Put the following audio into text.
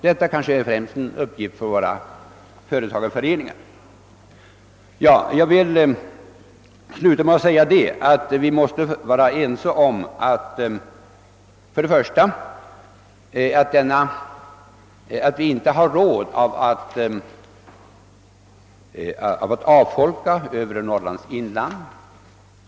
Detta är kanske främst en uppgift för våra företagarföreningar. Jag vill sluta med att säga, att vi icke har råd att avfolka övre Norrlands inland.